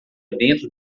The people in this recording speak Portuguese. dentro